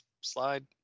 slide